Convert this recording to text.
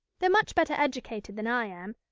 they're much better educated than i am,